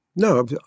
No